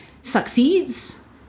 succeeds